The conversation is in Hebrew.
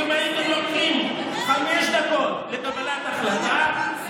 אם הייתם נותנים חמש דקות לקבלת ההחלטה,